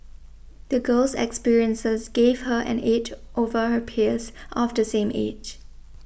the girl's experiences gave her an edge over her peers of the same age